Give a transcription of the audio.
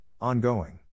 ongoing